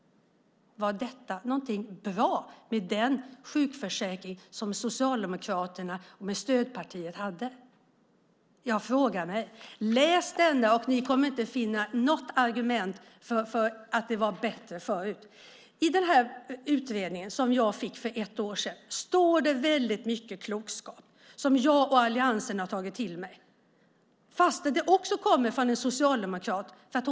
Var detta något bra med den sjukförsäkring som Socialdemokraterna med stödpartiet hade? Jag frågar mig. Läs denna utredning! Ni kommer inte att finna något argument för att det var bättre förut. I den här utredningen som jag fick för ett år sedan står det väldigt mycket klokt som jag och alliansen har tagit till oss, fast det kommer från en socialdemokrat.